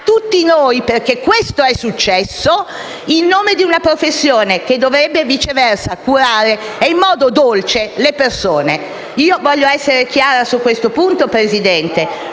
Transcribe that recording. tutti noi - perché questo è accaduto - in nome di una professione che dovrebbe, viceversa, curare in modo dolce le persone? Voglio essere chiara su questo punto, Presidente.